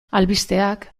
albisteak